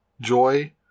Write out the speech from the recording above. joy